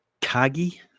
Kagi